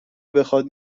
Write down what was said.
بخواد